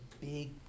big